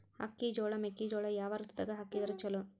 ಅಕ್ಕಿ, ಜೊಳ, ಮೆಕ್ಕಿಜೋಳ ಯಾವ ಋತುದಾಗ ಹಾಕಿದರ ಚಲೋ?